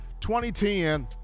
2010